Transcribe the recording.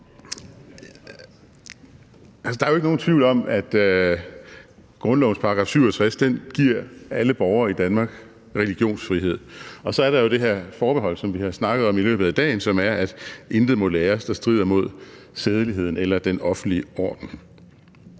Der er jo ikke nogen tvivl om, at grundlovens § 67 giver alle borgere i Danmark religionsfrihed, og så er der jo det her forbehold, som vi har snakket om i løbet af dagen, som er, at intet må læres, der strider mod sædeligheden eller den offentlige orden.